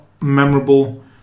memorable